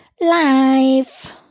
Life